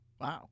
Wow